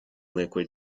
liquid